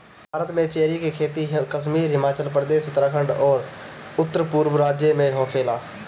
भारत में चेरी के खेती कश्मीर, हिमाचल प्रदेश, उत्तरखंड अउरी उत्तरपूरब राज्य में होखेला